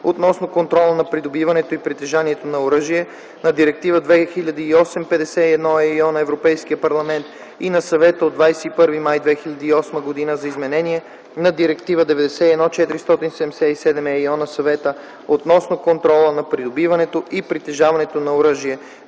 относно контрола на придобиването и притежаването на оръжие; на Директива 2008/51/ЕО на Европейския парламент и на Съвета от 21 май 2008 г. за изменение на Директива 91/477/ЕИО на Съвета относно контрола на придобиването и притежаването на оръжие;